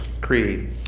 creed